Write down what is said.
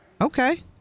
Okay